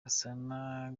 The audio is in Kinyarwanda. gasana